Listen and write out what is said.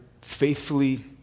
faithfully